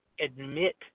admit